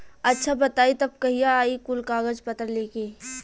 अच्छा बताई तब कहिया आई कुल कागज पतर लेके?